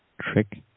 trick